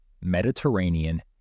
Mediterranean